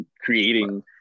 creating